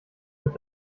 mit